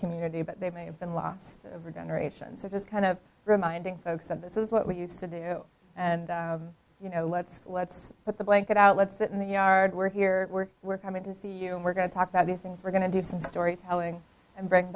community but they may have been lost over generations of his kind of reminding folks that this is what we used to do and you know let's let's put the blanket outlets in the yard we're here we're we're coming to see you and we're going to talk about these things we're going to do some storytelling and bring